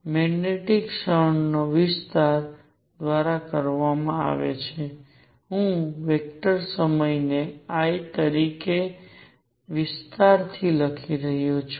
magnetic ક્ષણ વિસ્તાર દ્વારા આપવામાં આવે છે હું વેક્ટર સમય ને I તરીકે વિસ્તાર થી લખી રહ્યો છું